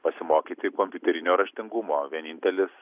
pasimokyti kompiuterinio raštingumo vienintelis